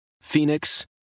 Phoenix